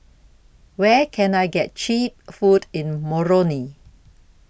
Where Can I get Cheap Food in Moroni